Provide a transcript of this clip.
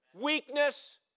weakness